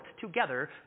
together